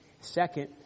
Second